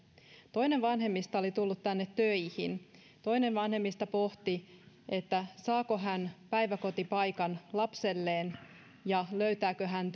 toinen vanhemmista oli tullut tänne töihin toinen vanhemmista pohti saako hän päiväkotipaikan lapselleen ja löytääkö hän